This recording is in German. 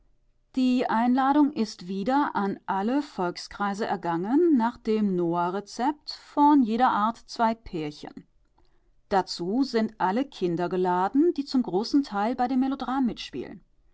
die einladung ist wieder an alle volkskreise ergangen nach dem noahrezept von jeder art zwei pärchen dazu sind alle kinder geladen die zum großen teil bei dem melodram mitspielen